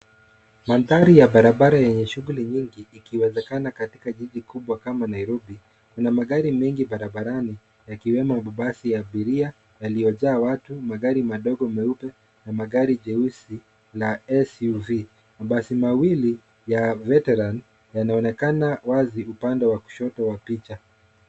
Mandhari ya barabara yenye shughuli nyingi ikiwezekana katika jiji kubwa kama Nairobi. Kuna magari mengi barabarani yakiwemo mabasi ya abiria yaliyojaa watu, magari madogo meupe na magari jeusi la SUV. Mabasi mawili ya Veteran yanaonekana wazi upande wa kushoto wa picha.